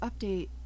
update